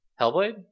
Hellblade